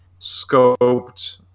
scoped